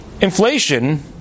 inflation